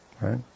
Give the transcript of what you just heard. right